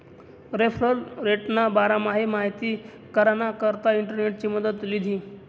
referral रेटना बारामा माहिती कराना करता इंटरनेटनी मदत लीधी